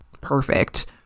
perfect